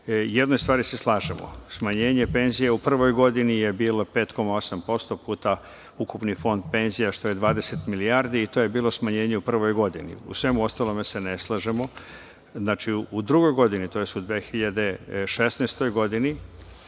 jednoj stvari se slažemo, smanjenje penzija u prvoj godini je bilo 5,8% puta ukupni fond penzija, što je 20 milijardi i to je bilo smanjenje u prvoj godini. U svemu ostalom se ne slažemo. Znači, u drugoj godini, tj. 2016. godine,